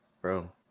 Bro